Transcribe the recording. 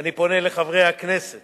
ואני פונה לחברי הכנסת